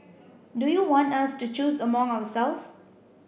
do you want us to choose among ourselves